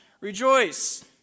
rejoice